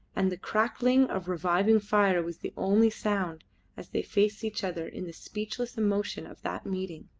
and the crackling of reviving fire was the only sound as they faced each other in the speechless emotion of that meeting